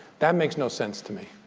that makes no sense to me.